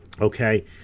Okay